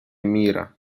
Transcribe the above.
мира